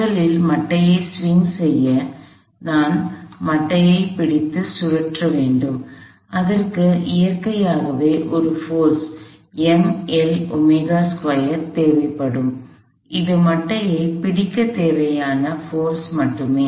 முதலில் மட்டையை ஸ்விங் செய்ய நான் மட்டையைப் பிடித்து சுழற்ற வேண்டும் அதற்கு இயற்கையாகவே ஒரு போர்ஸ் தேவைப்படும் அது மட்டையைப் பிடிக்கத் தேவையான சக்தி மட்டுமே